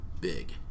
big